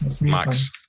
Max